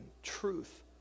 Truth